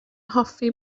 hoffi